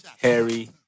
Harry